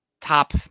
top